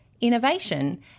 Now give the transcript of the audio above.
innovation